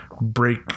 break